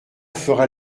fera